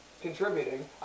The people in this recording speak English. contributing